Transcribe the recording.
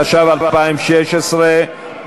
התשע"ו 2016,